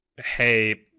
hey